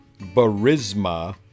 barisma